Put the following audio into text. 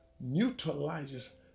Neutralizes